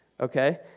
okay